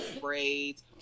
braids